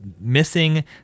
missing